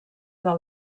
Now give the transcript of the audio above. del